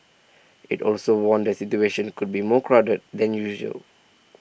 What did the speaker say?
it also warned the stations could be more crowded than usual